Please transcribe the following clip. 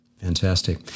Fantastic